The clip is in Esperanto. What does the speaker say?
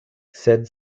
sed